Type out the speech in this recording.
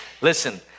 Listen